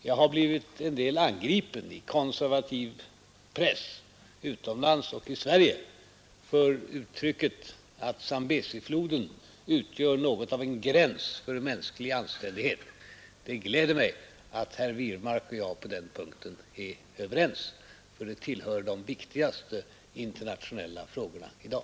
Jag har blivit en del angripen i konservativ press utomlands och i Sverige för uttrycket att Zambesifloden utgör något av en gräns för mänsklig anständighet. Det gläder mig att herr Wirmark och jag på den punkten är överens, för det tillhör de viktigaste internationella frågorna i dag.